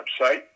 website